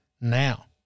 Now